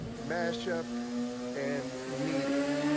mashup and meeting.